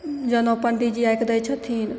जनउ पण्डीजी आके दै छथिन